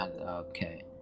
Okay